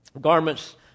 Garments